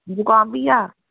जुकाम बी ऐ